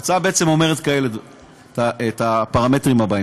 ההצעה אומרת את הפרמטרים האלה,